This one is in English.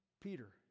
Peter